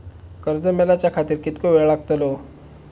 कर्ज मेलाच्या खातिर कीतको वेळ लागतलो?